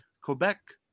Quebec